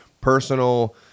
personal